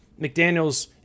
McDaniels